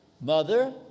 Mother